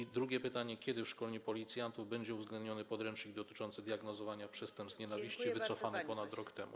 I drugie pytanie: Kiedy w szkoleniu policjantów będzie uwzględniony podręcznik dotyczący diagnozowania przestępstw z nienawiści, wycofany ponad rok temu?